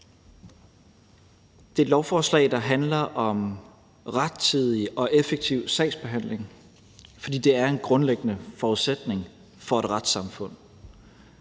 Det er et lovforslag, der handler om rettidig og effektiv sagsbehandling, for det er en grundlæggende forudsætning for et retssamfund.